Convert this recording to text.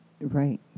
Right